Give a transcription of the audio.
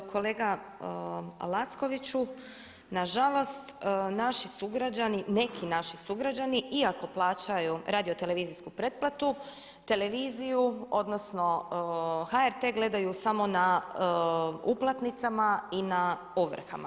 Kolega Lackoviću nažalost naši sugrađani, neki naši sugrađani iako plaćaju radiotelevizijsku pretplatu televiziju, odnosno HRT gledaju samo na uplatnicama i na ovrhama.